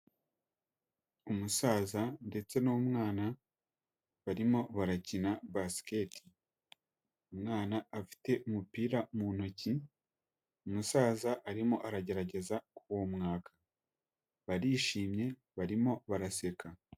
Umusaza ndetse n'umwana barimo barakina Basiketi, umwana afite umupira mu ntoki umusaza arimo aragerageza kuwumwaka barishimye barimo baraseka.